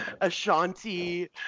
Ashanti